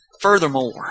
Furthermore